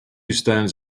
stones